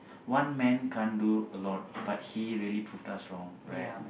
one man can't do a lot but he really proved us wrong right